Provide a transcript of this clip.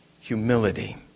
humility